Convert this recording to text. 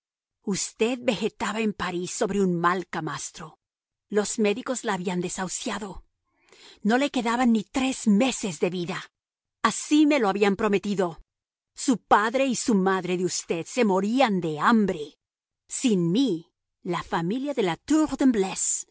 usted vegetaba en parís sobre un mal camastro los médicos la habían desahuciado no le quedaban ni tres meses de vida así me lo habían prometido su padre y su madre de usted se morían de hambre sin mí la familia de la